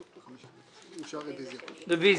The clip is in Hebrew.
הוגשה רביזיה.